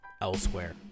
elsewhere